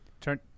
Turn